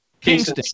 Kingston